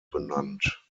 benannt